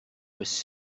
was